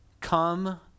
Come